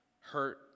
hurt